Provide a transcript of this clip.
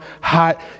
hot